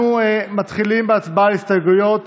אנחנו מתחילים בהצבעה על הסתייגויות